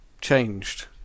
changed